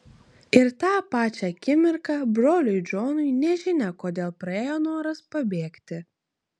ir tą pačią akimirką broliui džonui nežinia kodėl praėjo noras pabėgti